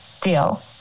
deal